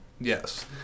yes